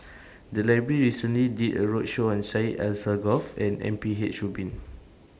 The Library recently did A roadshow on Syed Alsagoff and M P H Rubin